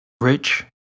rich